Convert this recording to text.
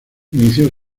inició